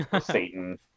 Satan